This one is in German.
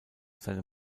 seine